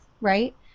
right